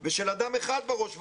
של אדם אחד בראש ובראשונה,